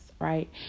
Right